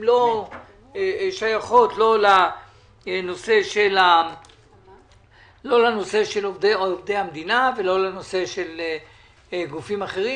לא שייכות לא לנושא של עובדי המדינה ולא לנושא של גופים אחרים.